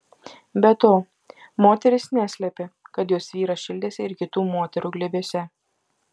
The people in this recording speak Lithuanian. be to moteris neslėpė kad jos vyras šildėsi ir kitų moterų glėbiuose